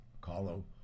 carlo